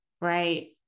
right